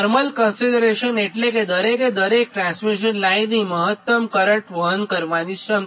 thermal consideration એટલે કે દરેકે દરેક ટ્રાંસમિશન લાઇનની મહત્તમ કરંટ વહન કરવાની ક્ષમતા